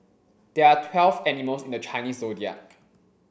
there are twelve animals in the Chinese Zodiac